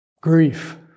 grief